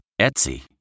Etsy